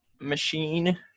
machine